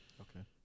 okay